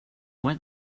why